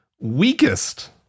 weakest